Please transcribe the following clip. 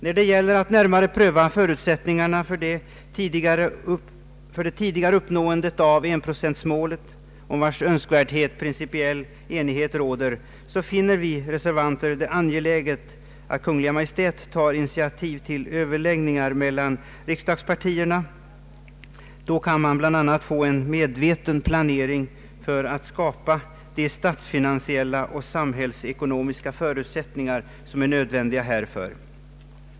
När det gäller att närmare pröva förutsättningarna för det tidigare uppnåendet av enprocentsmålet, om vars önskvärdhet principiell enighet råder, finner vi reservanter det angeläget att Kungl. Maj:t tar initiativ till överläggningar mellan riksdagspartierna. Då kan man bl.a. få en medveten planering för att skapa de statsfinansiella och samhällsekonomiska förutsättningar som är nödvändiga härför.